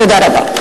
תודה רבה.